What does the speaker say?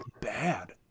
bad